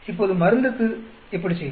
இப்போது மருந்துக்கு எப்படி செய்வது